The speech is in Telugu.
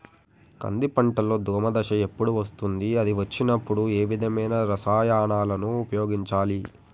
కంది పంటలో దోమ దశ ఎప్పుడు వస్తుంది అది వచ్చినప్పుడు ఏ విధమైన రసాయనాలు ఉపయోగించాలి?